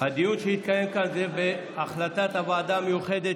הדיון שהתקיים כאן היה בהחלטת הוועדה המיוחדת